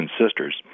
Sisters